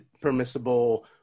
permissible